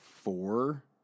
four